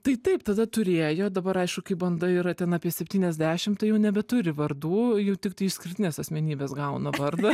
tai taip tada turėjo dabar aišku kai banda yra ten apie septyniasdešim tai jau nebeturi vardų jau tiktai išskirtinės asmenybės gauna vardą